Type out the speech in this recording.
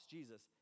Jesus